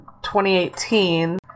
2018